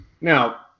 Now